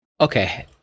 okay